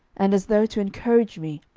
and, as though to encourage me,